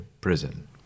prison